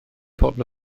pobl